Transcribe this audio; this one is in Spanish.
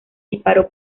disparó